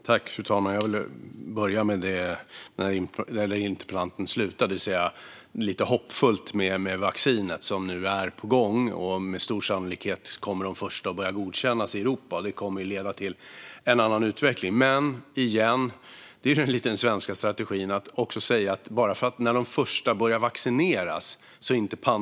Fru talman! Jag vill börja där interpellanten slutade, det vill säga lite hoppfullt gällande de vaccin som nu är på gång. Med stor sannolikhet kommer de första att börja godkännas i Europa, och det kommer att leda till en annan utveckling. Men det är, än en gång, lite av den svenska strategin att säga att pandemin inte är över bara för att de första börjar vaccineras.